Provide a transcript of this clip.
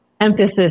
Emphasis